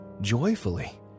joyfully